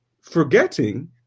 Forgetting